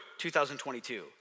2022